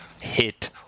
hit